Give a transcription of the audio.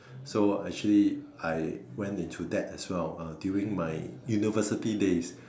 so actually I went into that as well uh during my university days